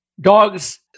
Dogs